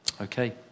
Okay